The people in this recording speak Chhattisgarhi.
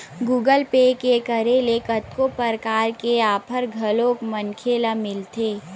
गुगल पे के करे ले कतको परकार के आफर घलोक मनखे ल मिलथे